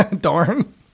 Darn